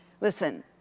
Listen